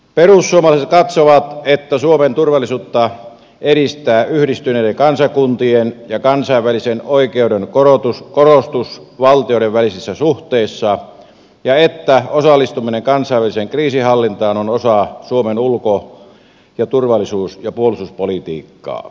perussuomalaiset katsovat että suomen turvallisuutta edistää yhdistyneiden kansakuntien ja kansainvälisen oikeuden korostus valtioiden välisissä suhteissa ja että osallistuminen kansainväliseen kriisinhallintaan on osa suomen ulko turvallisuus ja puolustuspolitiikkaa